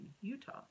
Utah